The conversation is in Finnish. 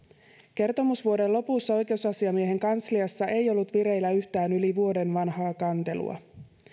kertomusvuoden lopussa oikeusasiamiehen kansliassa ei ollut vireillä yhtään yli vuoden vanhaa kantelua